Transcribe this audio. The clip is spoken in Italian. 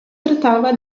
trattava